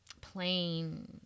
plain